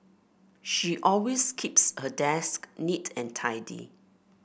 she always keeps her desk neat and tidy